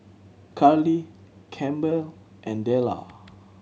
Karli Campbell and Dellar